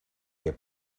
que